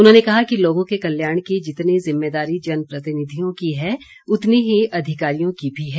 उन्होंने कहा कि लोगों के कल्याण की जितनी जिम्मेदारी जनप्रतिनिधियों की है उतनी ही अधिकारियों की भी है